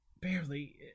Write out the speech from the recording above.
Barely